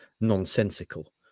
nonsensical